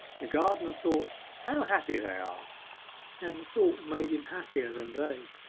the gardener thought how happy they are and the thought made him happier than they.